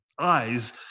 eyes